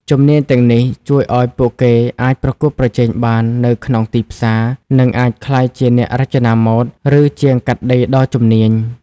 ជំនាញទាំងនេះជួយឱ្យពួកគេអាចប្រកួតប្រជែងបាននៅក្នុងទីផ្សារ និងអាចក្លាយជាអ្នករចនាម៉ូដ ឬជាងកាត់ដេរដ៏ជំនាញ។